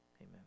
amen